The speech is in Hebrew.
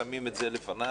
שמים את זה לפניו.